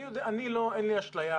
אני, אין לי אשליה